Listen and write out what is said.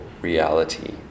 reality